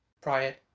prior